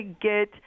get –